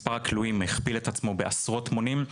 מספר הכלואים הכפיל את עצמו בעשרות מונים,